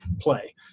play